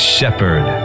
Shepherd